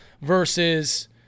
versus